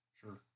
Sure